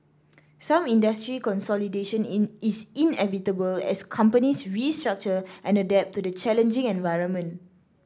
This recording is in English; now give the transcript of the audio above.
some industry consolidation is inevitable as companies restructure and adapt to the challenging environment